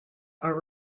are